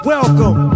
Welcome